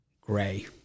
Gray